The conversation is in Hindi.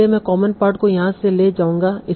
इसलिए मैं कॉमन पार्ट को यहां से ले जाऊंगा